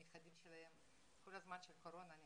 מנכ"ל משרד הקליטה, חביב.